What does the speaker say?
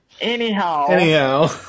Anyhow